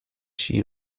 ski